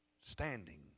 standing